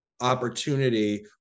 opportunity